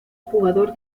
jugador